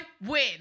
win